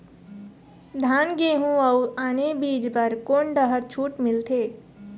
धान गेहूं अऊ आने बीज बर कोन डहर छूट मिलथे?